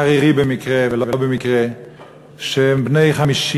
ערירי במקרה ולא במקרה,